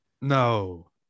No